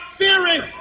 fearing